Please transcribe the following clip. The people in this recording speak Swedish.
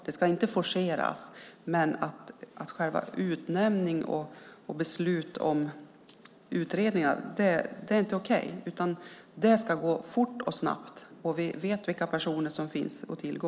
Det ska inte forceras, men själva utnämningen och beslutet om utredning var inte okej. Det ska gå fort och snabbt. Vi vet vilka personer som finns att tillgå.